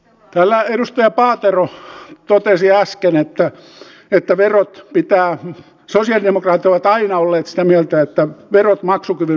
täällä edustaja paatero totesi äsken että sosialidemokraatit ovat aina olleet sitä mieltä että verot maksukyvyn mukaan